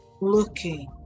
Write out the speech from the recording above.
looking